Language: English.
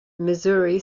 missouri